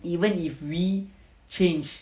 even if we change